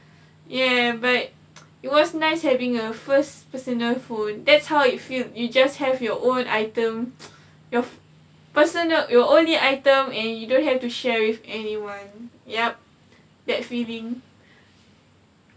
ya but it was nice having a first personal phone that's how you feel you you just have your own item your your personal only item and you don't have to share with anyone yup that feeling